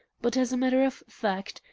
but, as a matter of fact,